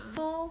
so